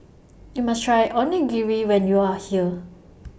YOU must Try Onigiri when YOU Are here